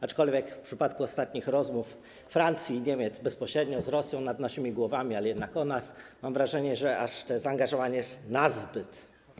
Aczkolwiek w przypadku ostatnich rozmów Francji i Niemiec bezpośrednio z Rosją nad naszymi głowami, ale jednak o nas, mam wrażenie, że to zaangażowanie jest nazbyt.